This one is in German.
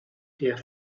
der